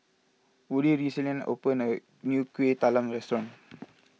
Woody recently opened a new Kuih Talam restaurant